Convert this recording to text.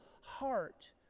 heart